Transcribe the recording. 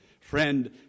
Friend